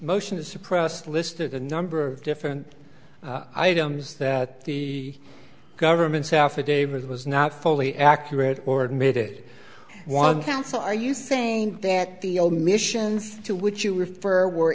motion to suppress listed a number of different i don't is that the government's affidavit was not fully accurate or admitted one counsel are you saying that the omissions to which you refer w